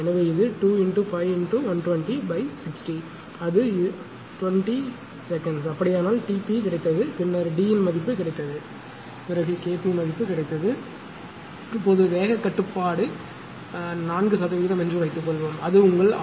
எனவே இது 2 × 5 × 12060 அது 20 வினாடி அப்படியானால் T p கிடைத்தது பின்னர் D மதிப்பு கிடைத்தது K p கிடைத்தது இப்போது வேக கட்டுப்பாடு 4 சதவிகிதம் என்று வைத்துக்கொள்வோம் அது உங்கள் ஆர்